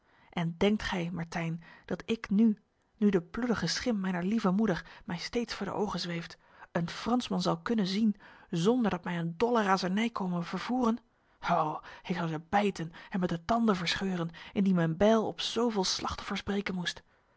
en denkt gij mertyn dat ik nu nu de bloedige schim mijner lieve moeder mij steeds voor de ogen zweeft een fransman zal kunnen zien zonder dat mij een dolle razernij kome vervoeren ho ik zou ze bijten en met de tanden verscheuren indien mijn bijl op zoveel slachtoffers breken moest